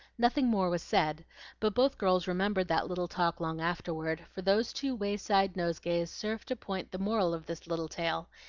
nothing more was said but both girls remembered that little talk long afterward, for those two wayside nosegays served to point the moral of this little tale,